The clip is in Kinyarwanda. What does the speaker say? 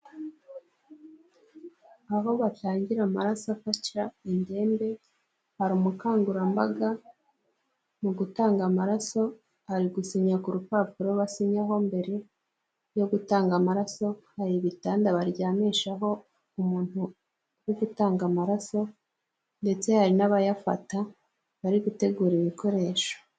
Aho batangira amaraso afasha indembe, hari umukangurambaga mu gutanga amaraso ari gusinya ku rupapuro basinyaho mbere yo gutanga amaraso, hari ibitanda baryamishaho umuntu uri gutanga amaraso ndetse hari n'abayafata bari gutegura ibikoresho.